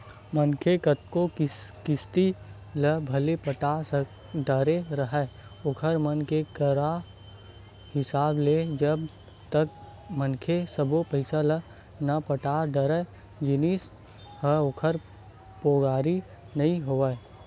मनखे कतको किस्ती ल भले पटा डरे राहय ओखर मन के करार हिसाब ले जब तक मनखे सब्बो पइसा ल नइ पटा डरय जिनिस ह ओखर पोगरी नइ होवय